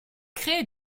crée